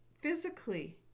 physically